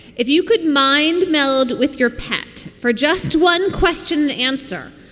if you could mind meld with your pet for just one question. answer.